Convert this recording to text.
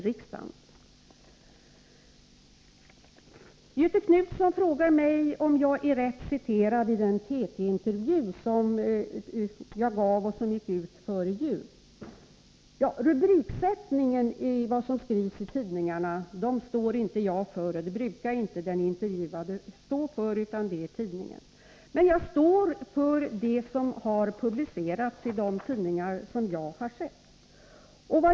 Göthe Knutson frågade om jag var rätt citerad i den TT-intervju som jag gav och som gick ut före jul. Rubriksättningen när det gäller vad som skrivs i tidningarna står inte jag för. Det brukar inte den intervjuade göra, utan det är tidningens sak. Men jag står för det som har publicerats i de tidningar som jag har sett.